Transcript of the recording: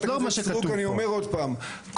אני אומר עוד פעם,